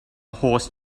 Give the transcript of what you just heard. horse